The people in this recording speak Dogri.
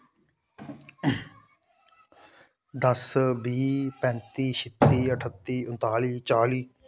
दस बीह् पैंती छित्ती अठत्ती उन्ताली चाली